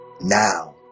Now